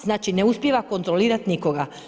Znači ne uspijeva kontrolirati nikoga.